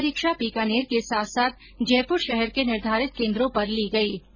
ये परीक्षा बीकानेर के साथ साथ जयपुर शहर के निर्धारित केन्द्रों पर ली गई